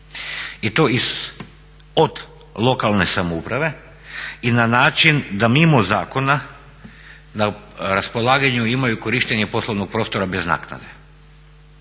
i to od lokalne samouprave i na način da mimo zakona na raspolaganju imaju korištenje poslovnog prostora bez naknade